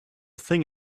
thing